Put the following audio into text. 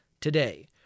today